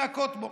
להכות בו,